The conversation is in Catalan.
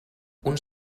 uns